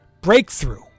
breakthrough